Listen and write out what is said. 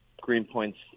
Greenpoint's